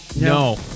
No